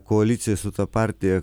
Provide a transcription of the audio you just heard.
koalicija su ta partija